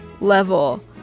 level